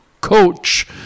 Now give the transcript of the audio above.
coach